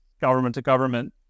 government-to-government